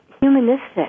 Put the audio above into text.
humanistic